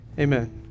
Amen